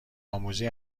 آموزی